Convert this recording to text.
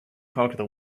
conquer